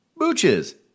Booches